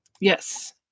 yes